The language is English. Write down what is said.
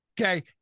Okay